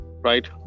right